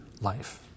life